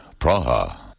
Praha